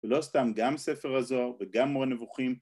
‫ולא סתם, גם ספר הזוהר ‫וגם מורה נבוכים.